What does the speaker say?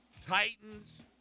Titans